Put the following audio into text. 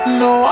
no